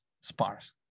sparse